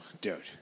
Dude